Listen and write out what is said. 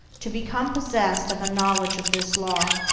to become possessed of a knowledge of this law,